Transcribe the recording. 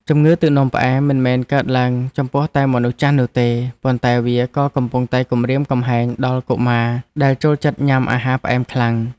ជំងឺទឹកនោមផ្អែមមិនមែនកើតឡើងចំពោះតែមនុស្សចាស់នោះទេ ប៉ុន្តែវាក៏កំពុងតែគំរាមកំហែងដល់កុមារដែលចូលចិត្តញ៉ាំអាហារផ្អែមខ្លាំង។